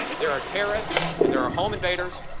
there are terrorists, and there are home invaders,